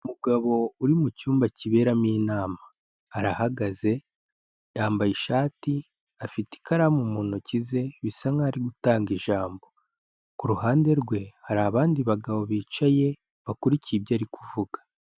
Umugabo uri mu cyumba kiberamo inama, arahagaze, yambaye ishati, afite ikaramu mu ntoki ze bisa nk'aho ari gutanga ijambo, ku ruhande rwe, hari abandi bagabo bicaye bakurikiye ibyo ari kuvuga.